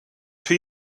two